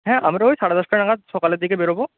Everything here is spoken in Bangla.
হ্যাঁ আমরা ওই সাড়ে দশটা নাগাদ সকালের দিকে বেরবো